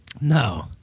No